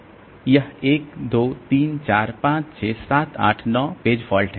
यह 1 2 3 4 5 6 7 8 9 page fault है